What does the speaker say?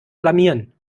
blamieren